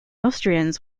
austrians